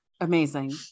Amazing